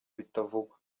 bitavugwa